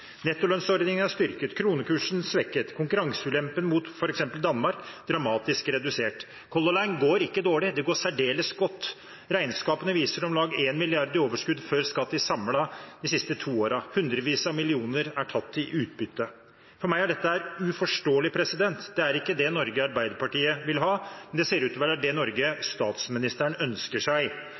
styrket, kronekursen svekket og konkurranseulempen mot f.eks. Danmark dramatisk redusert. Color Line går ikke dårlig; det går særdeles godt. Regnskapene viser om lag 1 mrd. kr i overskudd før skatt samlet de siste to årene. Hundrevis av millioner er tatt ut i utbytte. For meg er dette uforståelig. Det er ikke det Norge Arbeiderpartiet vil ha, men det ser ut til å være det Norge statsministeren ønsker seg